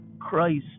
Christ